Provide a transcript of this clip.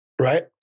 right